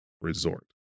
Resort